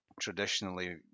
traditionally